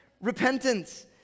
repentance